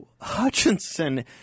Hutchinson